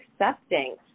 accepting